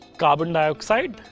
carbon dioxide.